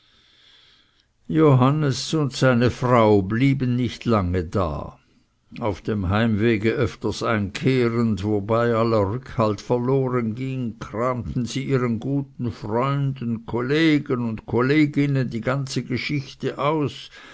johannes und seine frau blieben nicht lange da auf dem heimwege öfters einkehrend wobei aller rückhalt verloren ging kramten sie ihren guten freunden kollegen und kolleginnen die ganze geschichte aus